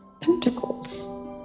pentacles